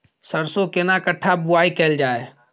सरसो केना कट्ठा बुआई कैल जाय?